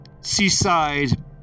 seaside